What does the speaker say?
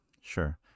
sure